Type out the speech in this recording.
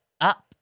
up